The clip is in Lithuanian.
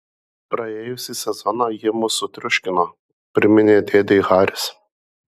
praėjusį sezoną jie mus sutriuškino priminė dėdei haris